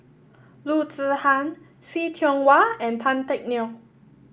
Loo Zihan See Tiong Wah and Tan Teck Neo